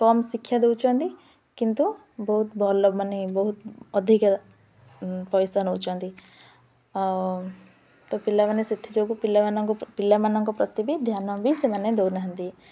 କମ୍ ଶିକ୍ଷା ଦେଉଛନ୍ତି କିନ୍ତୁ ବହୁତ ଭଲ ମାନେ ବହୁତ ଅଧିକା ପଇସା ନେଉଛନ୍ତି ଆଉ ତ ପିଲାମାନେ ସେଥିଯୋଗୁ ପିଲାମାନଙ୍କ ପିଲାମାନଙ୍କ ପ୍ରତି ବି ଧ୍ୟାନ ବି ସେମାନେ ଦେଉନାହାନ୍ତି